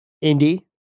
Indy